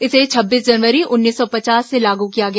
इसे छब्बीस जनवरी उन्नीस सौ पचास से लागू किया गया